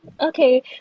Okay